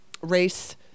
race